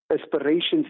aspirations